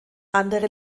andere